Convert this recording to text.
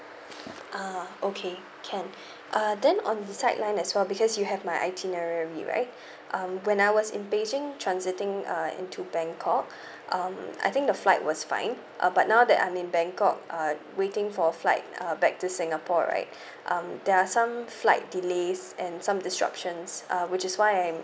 ah okay can uh then on the side line as well because you have my itinerary right um when I was in beijing transiting uh into bangkok um I think the flight was fine uh but now that I'm in bangkok uh waiting for a flight uh back to singapore right um there are some flight delays and some disruptions uh which is why I'm